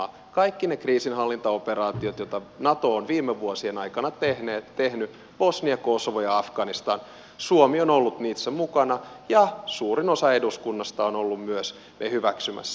kaikissa niissä kriisinhallintaoperaatioissa joita nato on viime vuosien aikana tehnyt bosnia kosovo ja afganistan suomi on ollut mukana ja suurin osa eduskunnasta myös on ollut ne hyväksymässä